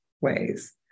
ways